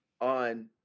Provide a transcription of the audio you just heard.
on